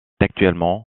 actuellement